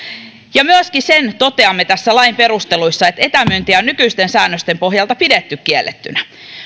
ja myöskin sen toteamme tässä lain perusteluissa että etämyyntiä on nykyisten säännösten pohjalta pidetty kiellettynä